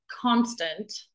constant